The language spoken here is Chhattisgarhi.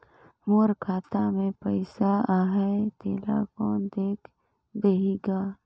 मोर खाता मे पइसा आहाय तेला कोन देख देही गा?